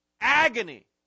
agony